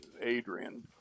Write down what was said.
Adrian